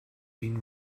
been